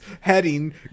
heading